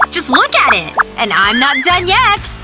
just look at it! and i'm not done yet!